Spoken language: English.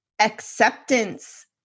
acceptance